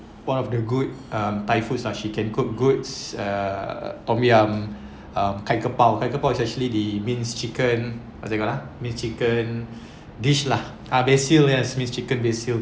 one of the good um thai foods ah she can cook good uh tom yum um pad kra pao ah kra pao is actually the minced chicken was it call ah minced chicken dish lah ah basil yes minced chicken basil